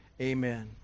Amen